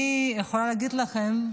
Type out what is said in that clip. אני יכולה להגיד לכם,